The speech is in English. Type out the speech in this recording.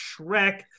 Shrek